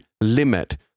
limit